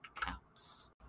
counts